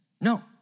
No